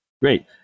great